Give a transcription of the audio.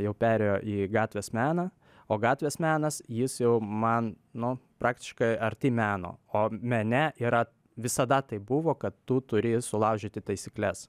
jau perėjo į gatvės meną o gatvės menas jis jau man nu praktiškai arti meno o mene yra visada tai buvo kad tu turi sulaužyti taisykles